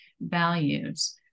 values